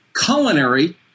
culinary